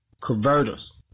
Converters